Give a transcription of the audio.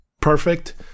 perfect